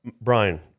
Brian